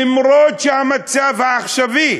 למרות שהמצב העכשווי,